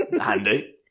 Handy